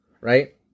right